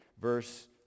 Verse